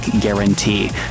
guarantee